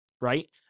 right